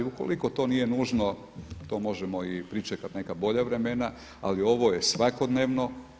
Ukoliko to nije nužno, to možemo i pričekati neka bolja vremena, ali ovo je svakodnevno.